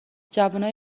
جوونای